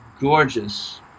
gorgeous